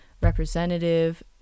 representative